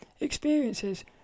experiences